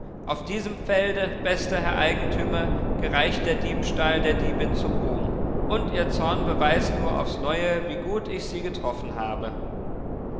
auf diesem felde bester herr eigentümer gereicht der diebstahl der diebin zum ruhm und ihr zorn beweist nur aufs neue wie gut ich sie getroffen habe